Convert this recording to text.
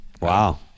Wow